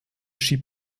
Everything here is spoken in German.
schiebt